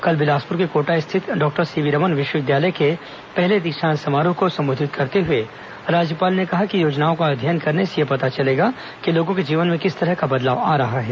कल बिलासपुर के कोटा स्थित डॉक्टर सीवी रमन विश्वविद्यालय के प्रथम दीक्षांत समारोह को सम्बोधित करते हुए राज्यपाल ने कहा कि योजनाओं का अध्ययन करने से यह पता चलेगा कि लोगों के जीवन में किस तरह बदलाव आया है